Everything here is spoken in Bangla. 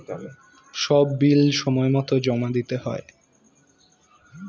সব বিল সময়মতো জমা দিতে হয়